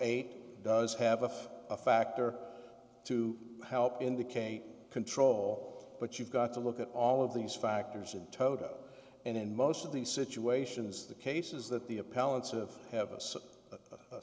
eight does have a factor to help indicate control but you've got to look at all of these factors in toto and in most of the situations the cases that the appellant's of have a